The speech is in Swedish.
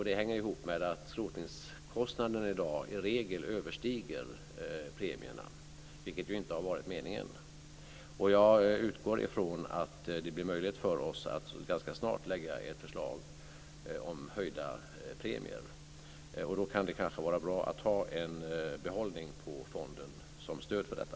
Det hänger ihop med att skrotningskostnaderna i dag i regel överstiger premierna, vilket ju inte har varit meningen. Jag utgår från att det blir möjligt för oss att ganska snart lägga fram ett förslag om höjda premier. Då kan det kanske vara bra att ha en behållning i fonden som stöd för detta.